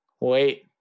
wait